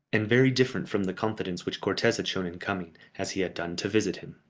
and very different from the confidence which cortes had shown in coming, as he had done, to visit him.